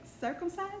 circumcised